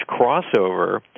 crossover